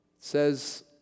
says